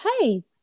hey